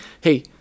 hey